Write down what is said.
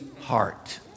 heart